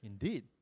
Indeed